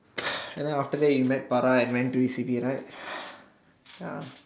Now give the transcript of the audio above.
and then after you met Farah and went to E_C_P right ya